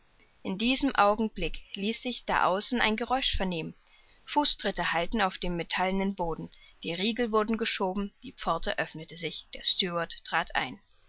in dem augenblick ließ sich da außen ein geräusch vernehmen fußtritte hallten auf dem metallenen boden die riegel wurden geschoben die pforte öffnete sich der steward trat ein